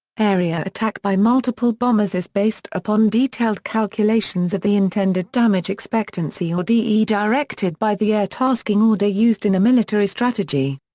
area attack by multiple bombers is based upon detailed calculations of the intended damage expectancy or de directed by the air tasking order used in a military strategy.